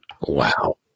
Wow